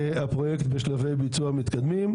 הפרויקט בשלבי ביצוע מתקדמים,